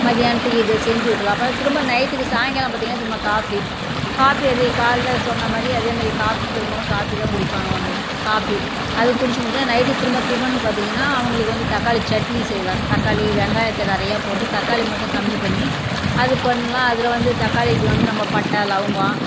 மதியானத்துக்கு இது செஞ்சிவிட்றலாம் அப்போ திரும்ப நைட்டுக்கு சாயங்காலம் பார்த்திங்கன்னா திரும்ப காஃபி காபி அதே காலையில் சொன்ன மாதிரியே அதே மாதிரியே காபி பெரும்பாலும் காபி தான் குடிப்பாங்க வந்ததும் காபி அது குடித்துமுடிச்சோனே நைட்டுக்கு திரும்ப டிஃபனு பார்த்திங்கன்னா அவங்களுக்கு வந்து தக்காளி சட்னி செய்யலாம் தக்காளி வெங்காயத்தை நிறையா போட்டு தக்காளியை மட்டும் கம்மி பண்ணி அது பண்ணலாம் அதில் வந்து தக்காளிக்கு வந்து நம்ம பட்டை லவங்கம்